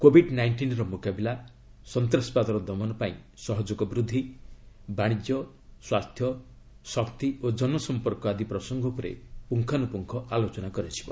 Covid ନାଇଷ୍ଟିନ୍ର ମୁକାବିଲା ସନ୍ତାସବାଦର ଦମନ ପାଇଁ ସହଯୋଗ ବୃଦ୍ଧି ବାଶିଜ୍ୟ ସ୍ୱାସ୍ଥ୍ୟ ଶକ୍ତି ଓ ଜନସମ୍ପର୍କ ଆଦି ପ୍ରସଙ୍ଗ ଉପରେ ମଧ୍ୟ ପୁଙ୍ଗାନୁପୁଙ୍ଖ ଆଲୋଚନା ହେବ